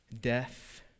death